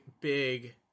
big